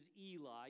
Eli